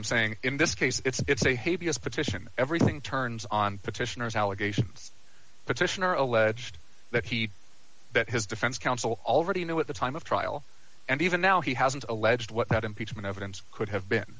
i'm saying in this case it's a hey vs petition everything turns on petitioners allegations petitioner alleged that he bet his defense counsel already you know at the time of trial and even now he hasn't alleged what that impeachment evidence could have been